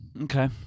Okay